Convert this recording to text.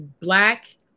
black